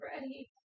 ready